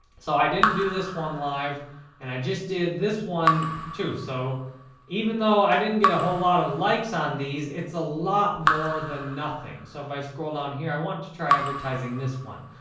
so, i didn't do this one live and i just did this one, too. so even though i didn't get a whole lot of likes on these, it's a lot more than nothing. so, if i scroll down here, i want to try advertising this one.